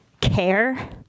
care